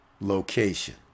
location